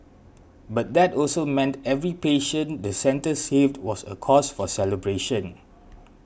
but that also meant every patient the centre saved was a cause for celebration